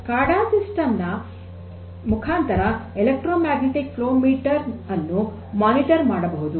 SCADA system ನ ಮುಖಾಂತರ electromagnetic flow meter ಅನ್ನು ಮೇಲ್ವಿಚಾರಣೆ ಮಾಡಬಹುದು